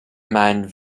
mein